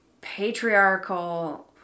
patriarchal